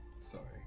sorry